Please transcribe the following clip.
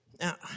Now